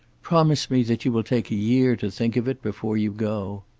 promise me that you will take a year to think of it before you go.